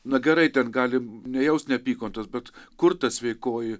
na gerai ten galim nejaust neapykantos bet kur ta sveikoji